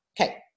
Okay